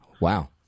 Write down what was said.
Wow